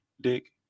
Dick